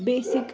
basic